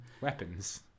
weapons